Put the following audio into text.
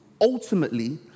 ultimately